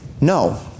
No